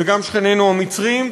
וגם שכנינו המצרים,